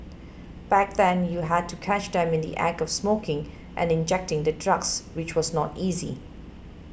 back then you had to catch them in the Act of smoking and injecting the drugs which was not easy